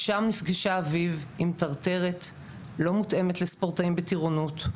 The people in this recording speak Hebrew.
שם נפגשה אביב עם טרטרת לא מותאמת לספורטאים בטירונות,